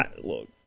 look